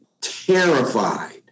terrified